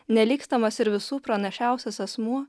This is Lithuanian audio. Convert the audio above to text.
nelygstamas ir visų pranašiausias asmuo